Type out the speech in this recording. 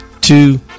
two